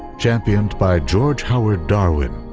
championed by george howard darwin,